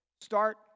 start